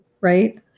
right